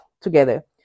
together